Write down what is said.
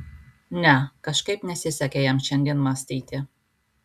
ne kažkaip nesisekė jam šiandien mąstyti